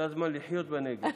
זה הזמן לחיות בנגב.